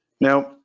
now